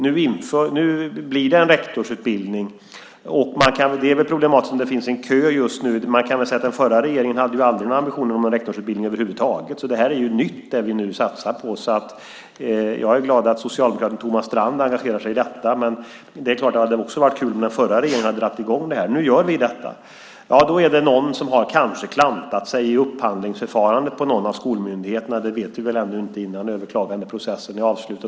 Nu blir det en rektorsutbildning. Det är väl problematiskt om det just nu finns en kö. Men man kan väl säga att den förra regeringen över huvud taget aldrig hade några ambitioner om en rektorsutbildning, så det vi nu satsar på är någonting nytt. Jag är glad över att socialdemokraten Thomas Strand engagerar sig i detta. Men det hade självklart också varit kul om den förra regeringen hade dragit i gång detta. Nu gör vi det. Emellertid är det någon som kanske har klantat sig i upphandlingsförfarandet på någon av skolmyndigheterna; det vet vi väl inte nu innan överklagandeprocessen är avslutad.